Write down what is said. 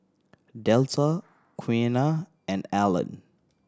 Delta Quiana and Allen